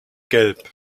gelb